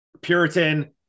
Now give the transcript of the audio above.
Puritan